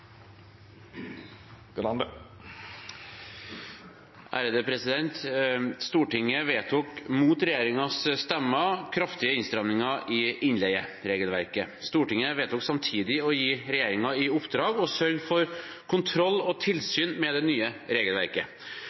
Stortinget vedtok, mot regjeringspartienes stemmer, kraftige innstramninger i innleieregelverket. Stortinget vedtok samtidig å gi regjeringen i oppdrag å sørge for kontroll og tilsyn med det nye regelverket.